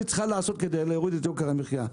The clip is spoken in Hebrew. צריכה לעשות כדי להוריד את יוקר המחיה.